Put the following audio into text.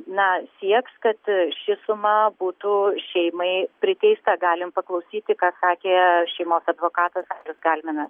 na sieks kad ši suma būtų šeimai priteista galim paklausyti ką sakė šeimos advokatas alius galmina